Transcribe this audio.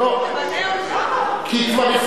אסור לי להגיד מלה?